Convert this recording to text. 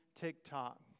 TikTok